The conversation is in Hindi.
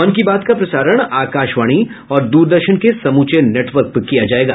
मन की बात का प्रसारण आकाशवाणी और दूरदर्शन के समूचे नटवर्क पर किया जायेगा